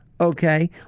Okay